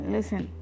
Listen